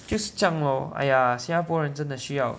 就是这样 lor !aiya! 新加坡人真的需要